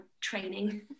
training